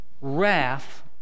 wrath